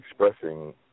expressing